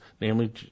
namely